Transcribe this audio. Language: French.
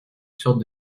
sorte